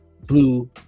blue